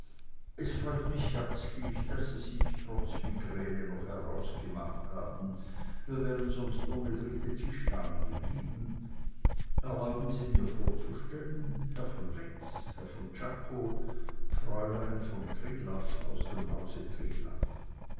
es freut mich herzlich daß sie sich trotz migräne noch herausgemacht haben wir wären sonst ohne dritte tischdame geblieben erlauben sie mir vorzustellen herr von rex herr von czako fräulein von triglaff aus dem hause